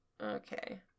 Okay